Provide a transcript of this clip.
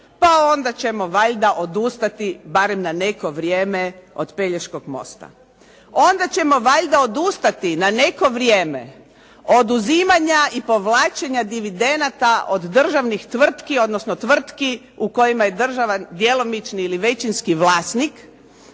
pa onda ćemo valjda odustati barem na neko vrijeme od Pelješkog mosta. Onda ćemo valjda odustati na neko vrijeme oduzimanja i povlačenja dividenata od državnih tvrtki, odnosno tvrtki u kojima je država djelomični ili većinski vlasnik,